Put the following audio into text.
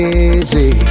easy